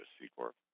C-Corp